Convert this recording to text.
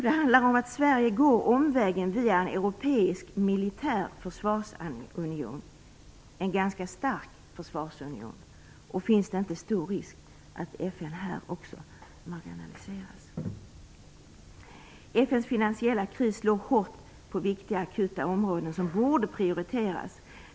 Det handlar om att Sverige går omvägen via en europeisk militär försvarsunion, en ganska stark försvarsunion. Finns det inte stor risk att FN här också marginaliseras? FN:s finansiella kris slår hårt på viktiga akuta områden som borde prioriteras.